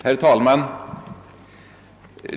Herr talman!